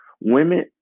Women